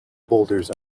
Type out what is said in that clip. boulders